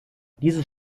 dieses